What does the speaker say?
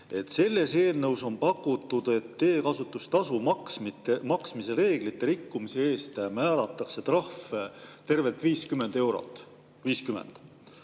Selles eelnõus on pakutud, et teekasutustasu maksmise reeglite rikkumise eest määratakse trahv tervelt 50 eurot.